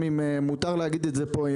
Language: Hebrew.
ואם מותר להגיד את זה פה,